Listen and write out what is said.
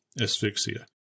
asphyxia